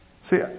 See